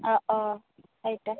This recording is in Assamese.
অঁ অঁ চাৰিটা